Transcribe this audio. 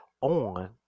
on